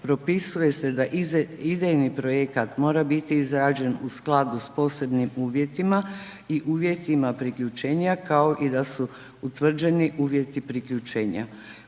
Propisuje se da idejni projekat mora biti izrađen u skladu s posebnim uvjetima i uvjetima priključenja, kao i da su utvrđeni uvjeti priključenja.